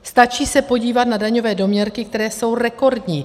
Stačí se podívat na daňové doměrky, které jsou rekordní.